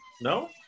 No